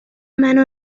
منو